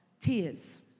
tears